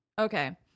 Okay